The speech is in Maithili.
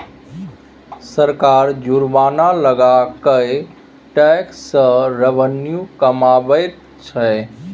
सरकार जुर्माना लगा कय टैक्स सँ रेवेन्यू कमाबैत छै